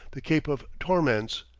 the cape of torments,